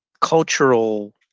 cultural